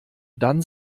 dann